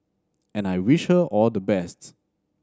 and I wish her all the best